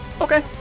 Okay